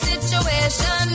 Situation